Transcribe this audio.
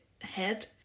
head